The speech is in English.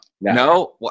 no